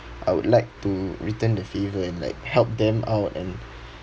I would like to return the favour and like help them out and